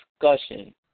discussion